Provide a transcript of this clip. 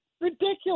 ridiculous